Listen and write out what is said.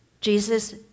Jesus